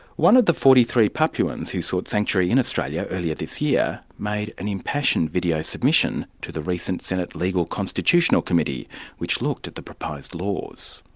one of the forty three papuans who sought sanctuary in australia earlier this year made an impassioned video submission to the recent senate legal constitutional committee which looked at the proposed laws.